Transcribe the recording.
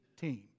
team